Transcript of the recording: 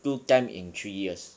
two time in three years